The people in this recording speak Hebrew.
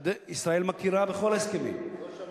ישראל מכירה בכל ההסכמים, לא שמעתי על זה.